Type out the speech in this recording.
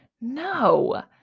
no